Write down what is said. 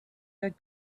had